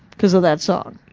cause of that song.